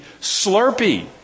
Slurpee